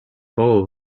bull